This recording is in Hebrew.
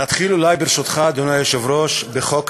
נתחיל אולי, ברשותך, אדוני היושב-ראש, בחוק ההדחה,